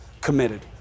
committed